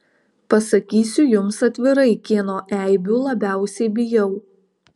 pasakysiu jums atvirai kieno eibių labiausiai bijau